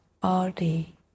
body